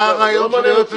זה לא מעניין אותי.